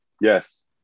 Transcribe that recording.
Yes